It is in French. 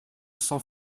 sans